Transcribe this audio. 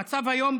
המצב היום,